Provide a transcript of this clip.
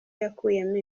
yakuyemo